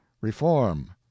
reform